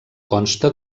consta